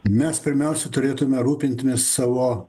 mes pirmiausia turėtume rūpintumės savo